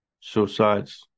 suicides